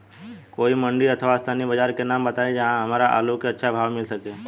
कोई मंडी अथवा स्थानीय बाजार के नाम बताई जहां हमर आलू के अच्छा भाव मिल सके?